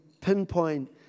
pinpoint